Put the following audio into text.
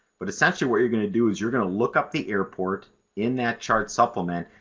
but essentially what you're going to do is you're going to look up the airport in that chart supplement,